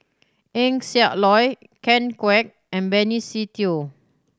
Eng Siak Loy Ken Kwek and Benny Se Teo